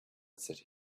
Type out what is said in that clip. city